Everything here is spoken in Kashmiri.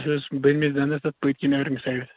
اسہِ ٲس بۅنۍمِس دَنٛدَس تہٕ پٔتۍ کِنۍ أڈمہِ سایِڈٕ